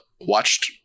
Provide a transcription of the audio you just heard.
watched